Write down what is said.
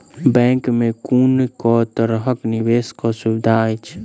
Bank मे कुन केँ तरहक निवेश कऽ सुविधा अछि?